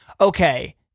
okay